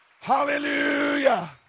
Hallelujah